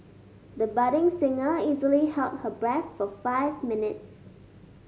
the budding singer easily held her breath for five minutes